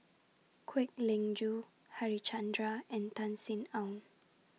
Kwek Leng Joo Harichandra and Tan Sin Aun